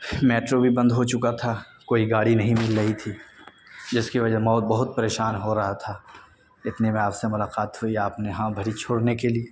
metro بھی بند ہو چکا تھا کوئی گاڑی نہیں مل رہی تھی جس کی وجہ سے میں بہت پریشان ہو رہا تھا اتنے میں آپ سے ملاقات ہوئی آپ نے ہاں بھری چھوڑنے کے لیے